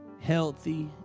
healthy